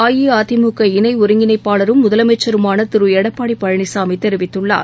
அஇஅதிமுக இணை ஒருங்கிணைப்பாளரும் முதலமைச்சருமான திரு எடப்பாடி பழனிசாமி தெரிவித்துள்ளார்